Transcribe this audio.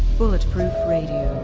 bulletproof radio,